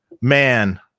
man